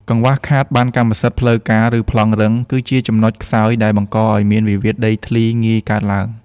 កង្វះខាតប័ណ្ណកម្មសិទ្ធិផ្លូវការ ឬ "ប្លង់រឹង" គឺជាចំណុចខ្សោយដែលបង្កឱ្យមានវិវាទដីធ្លីងាយកើតឡើង។